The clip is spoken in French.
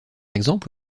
exemple